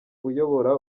uyobora